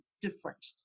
different